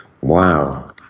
Wow